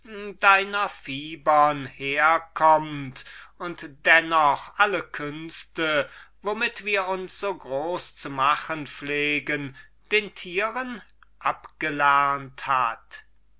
deiner fibern herkommt und der doch alle künste womit wir uns so groß zu machen pflegen den tieren abgelernt hat